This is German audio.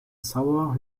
sauer